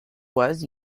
was